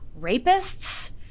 rapists